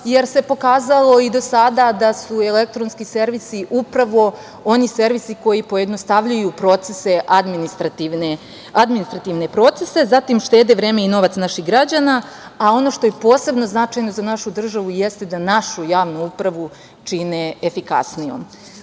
jer se pokazalo, kao i do sada, da su elektronski servisi upravo oni servisi koji pojednostavljuju administrativne procese, zatim štede vreme i novac naših građana, a ono što je posebno značajno za našu državu, jeste da našu javnu upravu čine efikasnijom. Poslanička